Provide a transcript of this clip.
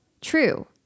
true